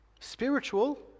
spiritual